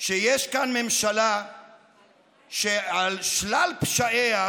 שיש כאן ממשלה שעל שלל פשעיה,